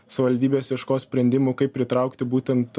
savivaldybės ieškos sprendimų kaip pritraukti būtent